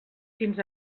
fins